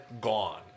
gone